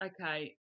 okay